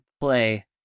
play